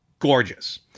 Gorgeous